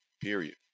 Period